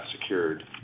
secured